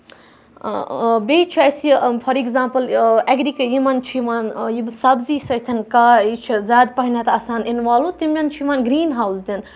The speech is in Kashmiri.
بیٚیہِ چھُ اَسہِ یہِ فار ایٚگزامپُل ایٚگرِک یِمَن چھِ یِوان یہِ سَبزی سۭتٮ۪ن کا یہِ چھِ زیادٕ پَہمتھ آسان اِنوالو تِمَن چھُ یِوان گریٖن ہاوُس دِنہٕ